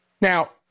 Now